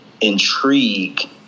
intrigue